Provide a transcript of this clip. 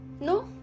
No